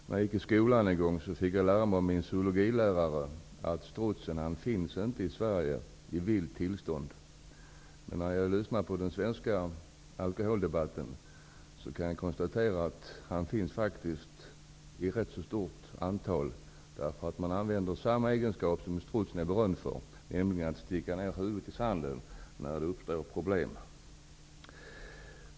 När jag gick i skolan fick jag lära mig av en biologilärare att strutsen inte finns i Sverige i vilt tillstånd, men när jag lyssnar på den svenska alkoholdebatten kan jag konstatera att den faktiskt finns här i rätt stort antal. Man använder samma egenskap som strutsen är berömd för, nämligen att sticka huvudet i sanden när det uppstår problem.